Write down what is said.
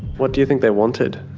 what do you think they wanted?